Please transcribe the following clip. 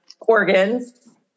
organs